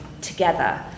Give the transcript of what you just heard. together